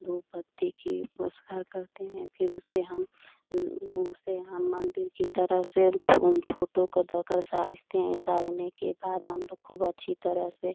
धूपबत्ती की पोसकार करते हैं फिर उसे हम उसे हम मंदिर की तरह से उन फोटो को धोकर सजाते हैं सजाने के बाद हम लोग खूब अच्छी तरह से